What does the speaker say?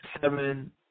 seven